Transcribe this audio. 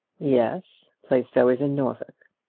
yes plaistow is in norfolk.